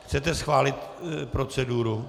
Chcete schválit proceduru?